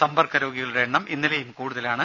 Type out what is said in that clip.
സമ്പർക്ക രോഗികളുടെ എണ്ണം ഇന്നലെയും കൂടുതലാണ്